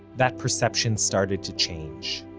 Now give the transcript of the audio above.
that perception started to change.